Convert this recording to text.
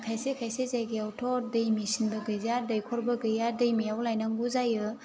खायसे खायसे जायगायावथ' दै मेसिनबो गैजाया दैखरबो गैया दैमायाव लायनांगौ जायो